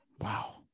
Wow